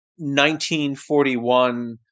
1941